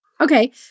Okay